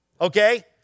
Okay